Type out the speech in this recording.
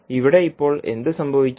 ഇവിടെ ഇപ്പോൾ എന്ത് സംഭവിക്കും